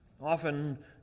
Often